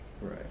right